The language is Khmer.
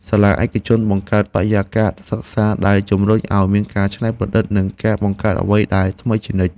សាលាឯកជនបង្កើតបរិយាកាសសិក្សាដែលជំរុញឱ្យមានការច្នៃប្រឌិតនិងការបង្កើតអ្វីដែលថ្មីជានិច្ច។